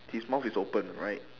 his mouth is open right